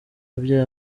abyaye